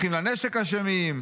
אחים לנשק אשמים.